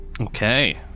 okay